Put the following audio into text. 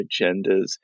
agendas